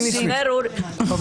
הראשון זה הרב אוריאל לביא --- לא,